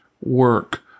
work